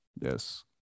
Yes